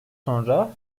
sonra